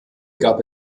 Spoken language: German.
gab